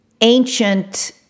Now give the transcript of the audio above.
ancient